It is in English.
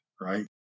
right